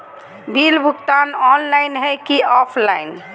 Bill भुगतान online है की ऑफलाइन?